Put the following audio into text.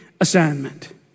assignment